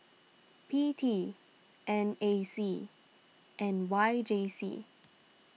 P T N A C and Y J C